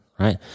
Right